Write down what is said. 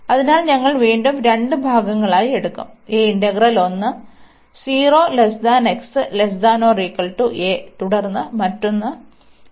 അതിനാൽ ഞങ്ങൾ വീണ്ടും രണ്ട് ഭാഗങ്ങളായി എടുക്കും ഈ ഇന്റഗ്രൽ ഒന്ന് തുടർന്ന് മറ്റൊന്ന്ആണ്